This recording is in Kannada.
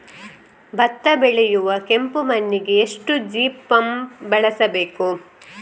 ಭತ್ತ ಬೆಳೆಯುವ ಕೆಂಪು ಮಣ್ಣಿಗೆ ಎಷ್ಟು ಜಿಪ್ಸಮ್ ಬಳಸಬೇಕು?